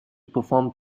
perform